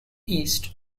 east